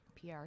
PR